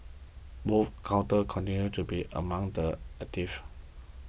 both counters continued to be among the actives